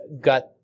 got –